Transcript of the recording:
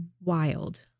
wild